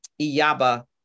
Iyaba